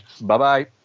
Bye-bye